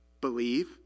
Believe